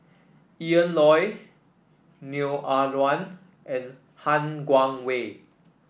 Ian Loy Neo Ah Luan and Han Guangwei